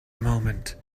moment